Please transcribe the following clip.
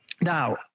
Now